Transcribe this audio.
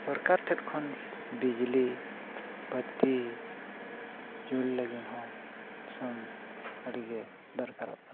ᱥᱚᱨᱠᱟᱨ ᱴᱷᱮᱡ ᱠᱷᱚᱱ ᱵᱤᱡᱽᱞᱤ ᱵᱟᱹᱛᱤ ᱡᱩᱞ ᱞᱟᱹᱜᱤᱫ ᱦᱚᱸ ᱟᱥᱟᱢ ᱟᱹᱰᱤᱜᱮ ᱫᱚᱨᱠᱟᱨᱚᱜ ᱠᱟᱱᱟ